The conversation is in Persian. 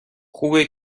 خوبه